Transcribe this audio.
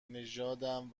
نژادم